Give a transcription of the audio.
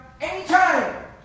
anytime